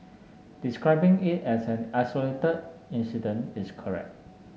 describing it as an isolated incident is correct